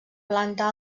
planta